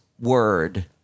word